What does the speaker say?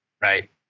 right